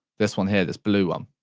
this one here this blue um